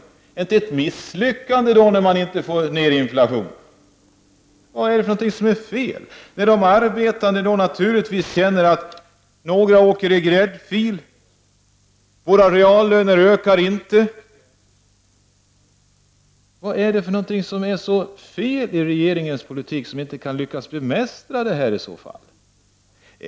Är det då inte ett misslyckande att man inte fått ned inflationen? Vad är det för något som är fel? De arbetande upplever naturligtvis att några får åka i gräddfil men deras reallöner ökar inte. Vad är det för någonting som är så fel i regeringens politik att man inte lyckas bemästra situationen?